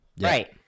Right